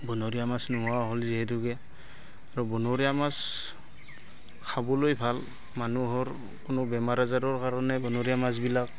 বনৰীয়া মাছ নোহোৱা হ'ল যিহেতুকে আৰু বনৰীয়া মাছ খাবলৈ ভাল মানুহৰ কোনো বেমাৰ আজাৰৰ কাৰণে বনৰীয়া মাছবিলাক